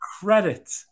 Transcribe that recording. Credit